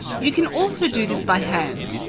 you can also do this by hand.